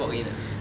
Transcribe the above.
oh 他会 walk in ah